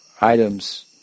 items